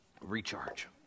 Recharge